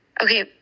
Okay